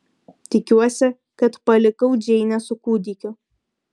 tikiuosi kad palikau džeinę su kūdikiu